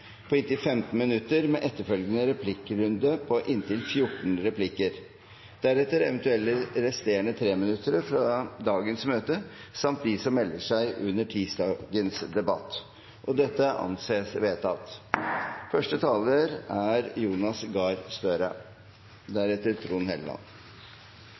på inntil 15 minutter, med etterfølgende replikkrunde på inntil 14 replikker. Deretter eventuelle resterende 3-minuttersinnlegg fra dagens møte samt de som melder seg under tirsdagens debatt. – Det anses vedtatt.